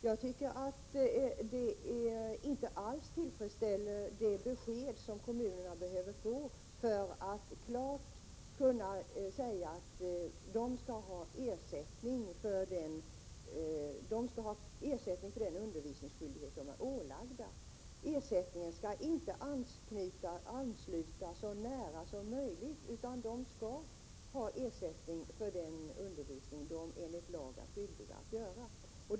Jag tycker att detta inte alls är ett tillfredsställande besked till kommunerna. Det bör klart sägas att kommunerna skall ha ersättning för den undervisningsskyldighet de är ålagda. Ersättningen skall inte ansluta "så nära som möjligt" utan kommunerna skall ha ersättning för den undervisning de enligt lag är skyldiga att anordna.